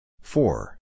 four